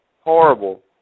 horrible